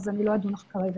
אז אני לא אדון עליהם כרגע.